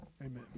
Amen